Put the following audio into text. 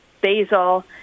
basil